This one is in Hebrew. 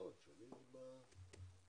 לא רק מבני הקהילה,